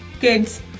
Kids